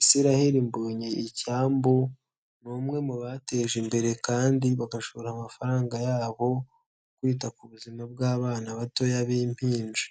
Isirael Mbonyi; icyambu ni umwe mu bateje imbere kandi bagashora amafaranga yabo mu kwita ku buzima bw'abana batoya b'impinja.